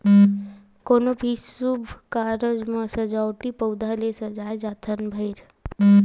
कोनो भी सुभ कारज म सजावटी पउधा ले सजाए जाथन भइर